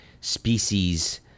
species